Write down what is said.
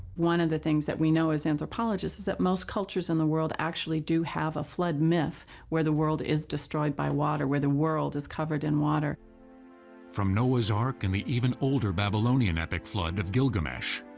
one of the things that we know as anthropologists is that most cultures in the world actually do have a flood myth where the world is destroyed by water, where the world is covered in water. narrator from noah's ark and the even older babylonian epic flood of gilgamesh,